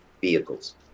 vehicles